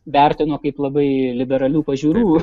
vertino kaip labai liberalių pažiūrų